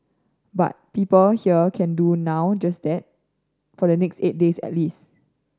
but people here can do now do just that for the next eight days at least